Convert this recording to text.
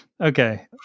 Okay